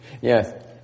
Yes